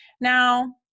Now